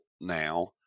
now